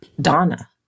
Donna